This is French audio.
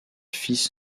fils